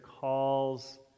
calls